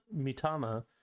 Mitama